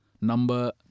number